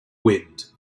wind